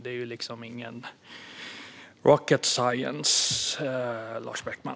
Det är liksom ingen rocket science, Lars Beckman.